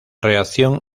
reacción